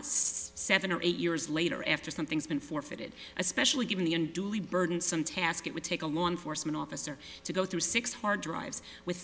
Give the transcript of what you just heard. seven or eight years later after something's been forfeited especially given the unduly burdensome task it would take a law enforcement officer to go through six hard drives with